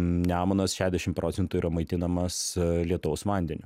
nemunas šešiasdešim procentų yra maitinamas lietaus vandeniu